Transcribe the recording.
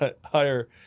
higher